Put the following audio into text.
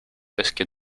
basket